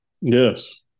Yes